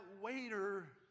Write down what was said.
waiter